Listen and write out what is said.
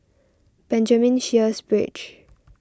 Benjamin Sheares Bridge